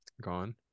gone